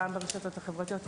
גם ברשתות החברתיות,